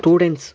students